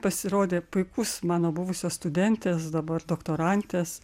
pasirodė puikus mano buvusios studentės dabar doktorantės